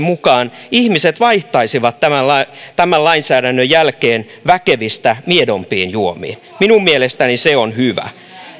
mukaan ihmiset vaihtaisivat tämän lainsäädännön jälkeen väkevistä miedompiin juomiin minun mielestäni se on hyvä